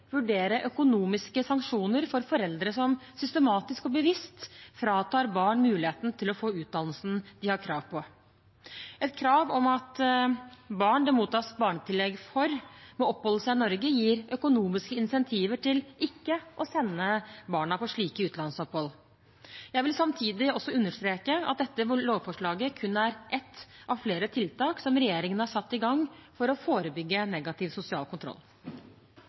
vurdere økonomiske sanksjoner mot foreldre som systematisk og bevisst fratar barn muligheten til å få den utdannelsen de har krav på. Et krav om at barn det mottas barnetillegg for, må oppholde seg i Norge, gir økonomiske insentiver til ikke å sende barna på slike utenlandsopphold. Jeg vil samtidig understreke at dette lovforslaget kun er ett av flere tiltak som regjeringen har satt i gang for å forebygge negativ sosial kontroll.